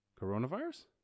coronavirus